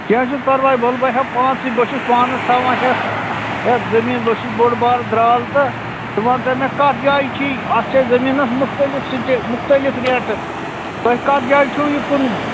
کیٚنٛہہ چھُنہٕ پَرواے وَلہٕ بہٕ ہٮ۪مہٕ پانسٕے بہٕ چھُس پانس تھاوان ہٮ۪تھ ہٮ۪تھ زمیٖن بہٕ چھُس بوٚڈ بارٕ درٛال تہٕ ژٕ وَنتہٕ مےٚ کتھ جایہ چھِی اَتھ چھےٚ زمیٖنَس مُختَلف سِٹے مُختلِف ریٹہٕ تۄہہِ کتھ جایہِ چھُو یہِ کٕنُن